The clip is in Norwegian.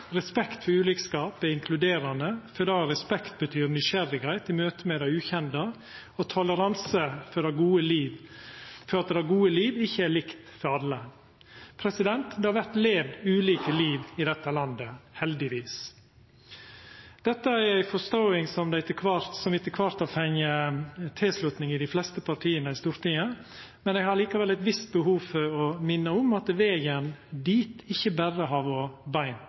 Respekt for ulikskap er inkluderande, for respekt betyr nysgjerrigheit i møte med det ukjende og toleranse for at det gode liv ikkje er likt for alle. Det vert levd ulike liv i dette landet – heldigvis. Dette er ei forståing som etter kvart har fått tilslutning i dei fleste partia på Stortinget, men eg har likevel eit visst behov for å minna om at vegen dit ikkje berre har vore bein.